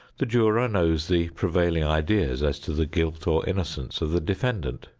the juror knows the prevailing ideas as to the guilt or innocence of the defendant.